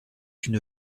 une